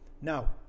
Now